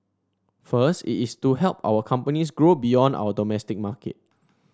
first it is to help our companies grow beyond our domestic market